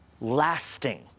lasting